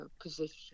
position